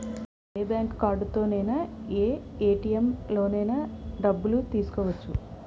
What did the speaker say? ఏ bank కార్డుతోనైన ఏ ATM లోనైన డబ్బులు తీసుకోవచ్చు